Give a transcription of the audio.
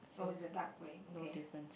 oh is a dark grey okay